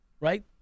right